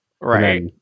Right